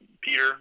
Peter